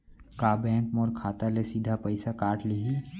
का बैंक मोर खाता ले सीधा पइसा काट लिही?